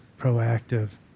proactive